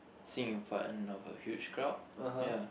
sing in front of a huge crowd ya